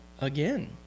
again